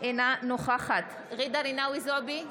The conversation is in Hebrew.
אינה נוכחת ג'ידא רינאוי זועבי,